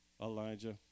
Elijah